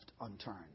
unturned